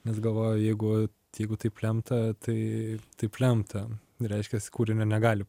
nes galvoju jeigu tai jeigu taip lemta tai taip lemta reiškiasi kūrinio negali